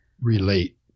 relate